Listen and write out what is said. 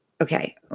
Okay